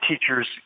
teachers